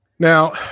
Now